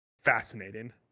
fascinating